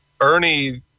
Ernie